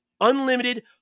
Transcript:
unlimited